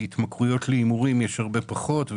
התמכרויות להימורים יש הרבה פחות,